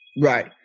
Right